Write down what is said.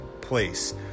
place